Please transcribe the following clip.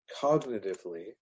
cognitively